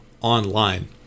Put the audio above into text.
online